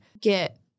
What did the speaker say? get